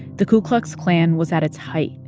the ku klux klan was at its height,